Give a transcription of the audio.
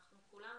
כולנו,